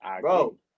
bro